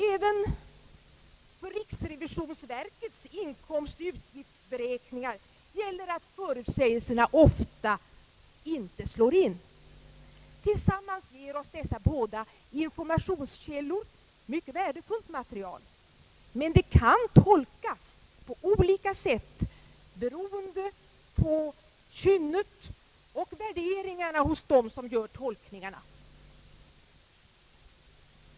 Även för riksrevisionsverkets inkomstoch utgiftsberäkningar gäller att förutsägelserna ofta inte slår in. Tillsammans ger oss dessa båda informationskällor mycket värdefullt material, men det kan tolkas på olika sätt, beroende på kynne och värderingar hos dem som gör tolkningarna.